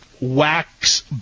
wax